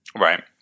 Right